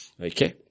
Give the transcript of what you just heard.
Okay